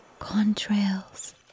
contrails